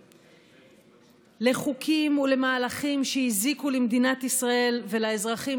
לחוקים ולמהלכים שהזיקו למדינת ישראל ולאזרחים